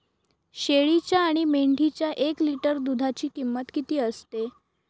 शेळीच्या आणि मेंढीच्या एक लिटर दूधाची किंमत किती असते?